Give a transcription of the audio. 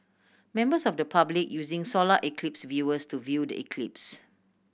members of the public using solar eclipse viewers to view the eclipse